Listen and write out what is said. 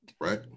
Right